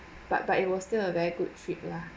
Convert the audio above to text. but but it was still a very good trip lah